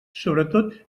sobretot